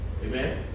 Amen